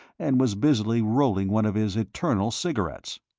and was busily rolling one of his eternal cigarettes.